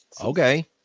okay